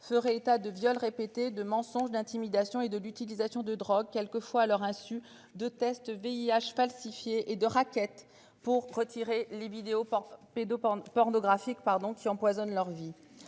feraient état de viols répétés de mensonges, d'intimidation et de l'utilisation de drogues quelques fois à leur insu de tests VIH falsifiés et de rackets pour retirer les vidéos pédo-porn pornographique pardon qui empoisonne leur vie.